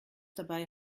dabei